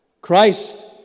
Christ